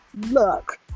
look